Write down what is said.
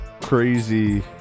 crazy